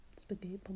Spaghetti